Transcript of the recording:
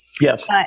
Yes